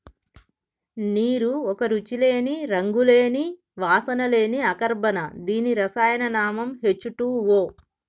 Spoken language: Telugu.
నీరు ఒక రుచి లేని, రంగు లేని, వాసన లేని అకర్బన దీని రసాయన నామం హెచ్ టూవో